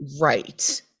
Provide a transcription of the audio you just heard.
right